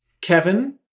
kevin